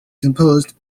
composed